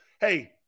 Hey